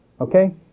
okay